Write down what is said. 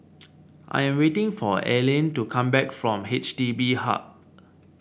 I'm waiting for Aylin to come back from H D B Hub